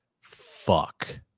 fuck